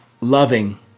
loving